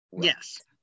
Yes